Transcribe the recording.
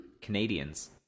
Canadians